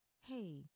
Hey